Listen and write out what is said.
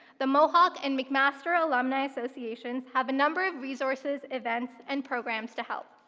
the mohawk and mcmaster alumni associations have a number of resources, events, and programs to help.